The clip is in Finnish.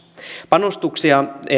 panostuksia